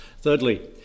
Thirdly